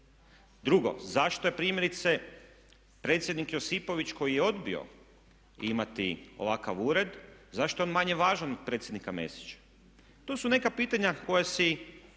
Zašto je primjerice predsjednik Josipović koji je odbio imati ovakav ured, zašto je on manje važan od predsjednika Mesića, to su neka pitanja koja si